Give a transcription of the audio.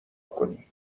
کنی